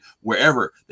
wherever